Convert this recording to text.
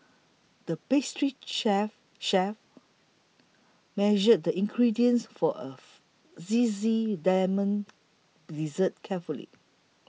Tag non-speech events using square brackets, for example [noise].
the pastry chef chef measured the ingredients for a [noise] Zesty Lemon Dessert carefully